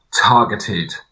targeted